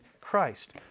Christ